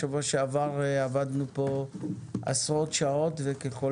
בשבוע שעבר עבדנו כאן עשרות שעות, וככל